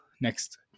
next